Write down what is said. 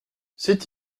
c’est